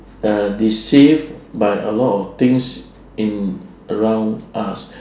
uh deceived by a lot of things in around us